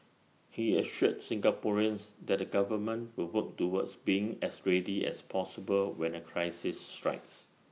he assured Singaporeans that the government will work towards being as ready as possible when A crisis strikes